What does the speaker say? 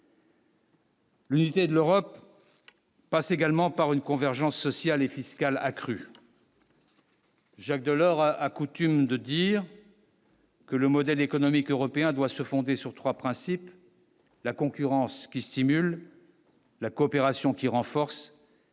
L'unité de l'Europe passe également par une convergence sociale et fiscale accrue. Jacques Delors a coutume de dire. Que le modèle économique européen doit se fonder sur 3 principes : la concurrence qui stimule, la coopération qui renforce et la solidarité qui réunit, force